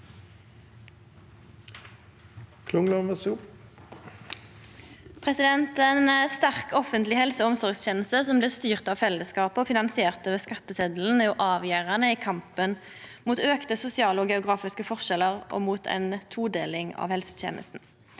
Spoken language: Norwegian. Ei sterk offentleg helse- og omsorgsteneste som blir styrt av fellesskapet og finansiert over skattesetelen, er avgjerande i kampen mot auka sosiale og geografiske forskjellar og mot ei todeling av helsetenesta.